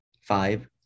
five